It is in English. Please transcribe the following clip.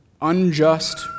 unjust